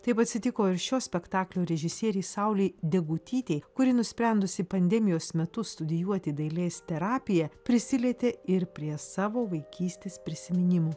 taip atsitiko ir šio spektaklio režisierei saulei degutytei kuri nusprendusi pandemijos metu studijuoti dailės terapiją prisilietė ir prie savo vaikystės prisiminimų